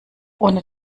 ohne